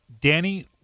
Danny